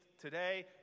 today